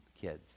kids